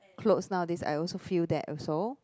because nowadays I also feel that also